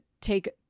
take